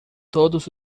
todos